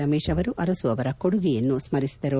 ರಮೇಶ್ ಅವರು ಅರಸು ಅವರ ಕೊಡುಗೆಯನ್ನು ಸ್ಕರಿಸಿದರು